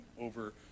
over